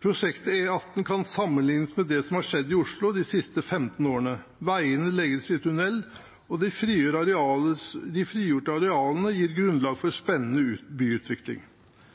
Prosjektet E18 kan sammenlignes med det som har skjedd i Oslo de siste 15 årene. Veiene legges i tunnel, og de frigjorte arealene gir grunnlag for spennende byutvikling.